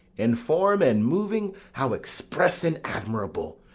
in form and moving, how express and admirable!